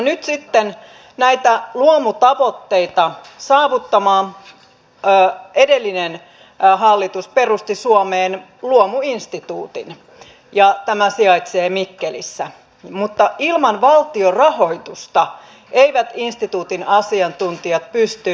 nyt sitten näitä luomutavoitteita saavuttamaan edellinen hallitus perusti suomeen luomuinstituutin ja tämä sijaitsee mikkelissä mutta ilman valtion rahoitusta eivät instituutin asiantuntijat pysty työskentelemään